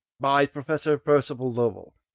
by professor percival lowell